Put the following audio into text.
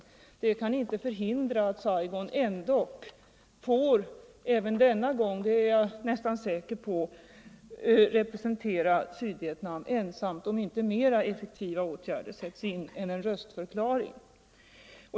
Saigonregimen kan inte förhindras att även denna gång — det är jag nästan säker på — få representera Sydvietnam ensam, om inte mera effektiva åtgärder sätts in än en röstförklaring.